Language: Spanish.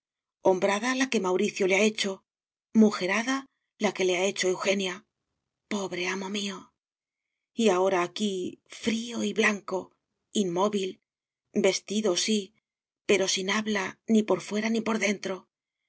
hombrada la que mauricio le ha hecho mujerada la que le ha hecho eugenia pobre amo mío y ahora aquí frío y blanco inmóvil vestido sí pero sin habla ni por fuera ni por dentro